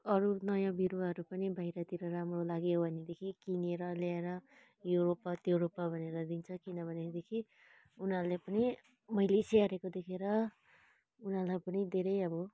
अरू नयाँ बिरुवाहरू पनि बाहिरतिर राम्रो लाग्यो भनेदेखि किनेर ल्याएर यो रोप त्यो रोप भनेर दिन्छ किनभनेदेखि उनीहरूले पनि मैले स्याहारेको देखेर उनीहरूलाई पनि धेरै अब